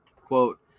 quote